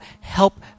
help